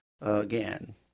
again